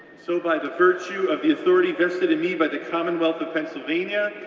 so by the virtue of the authority vested in me by the commonwealth of pennsylvania,